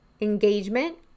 engagement